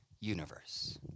universe